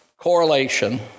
Correlation